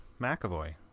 McAvoy